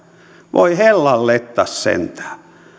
voi hellanlettas sentään